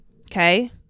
Okay